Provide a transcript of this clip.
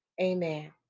amen